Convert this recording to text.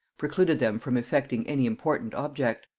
precluded them from effecting any important object.